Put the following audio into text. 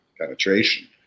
penetration